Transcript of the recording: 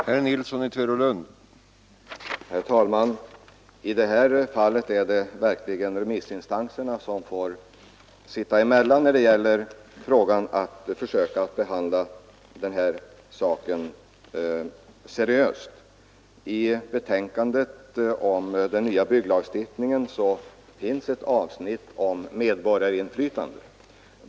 Herr talman! I det här fallet är det verkligen remissinstanserna som får sitta emellan när det gäller försöken att på ett inträngande sätt behandla bygglagutredningens betänkande. I betänkandet om den nya bygglagstiftningen finns ett avsnitt om medborgarinflytande.